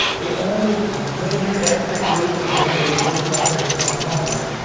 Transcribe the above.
the only major ethnic group in the world that does not have its own homeland,